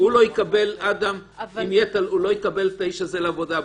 אדם לא יקבל את האיש הזה לעבודה.